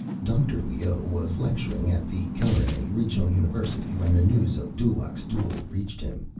dr. leoh was lecturing at the carinae regional university when the news of dulaq's duel reached him.